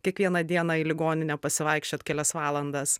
kiekvieną dieną į ligoninę pasivaikščiot kelias valandas